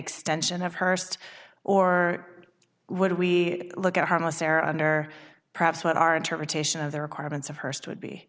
extension of hurst or would we look at harmless aaron or perhaps what our interpretation of the requirements of hearst would be